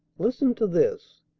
listen to this.